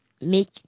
make